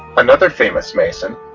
another famous mason,